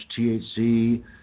THC